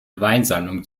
weinsammlung